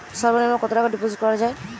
সর্ব নিম্ন কতটাকা ডিপোজিট করা য়ায়?